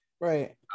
Right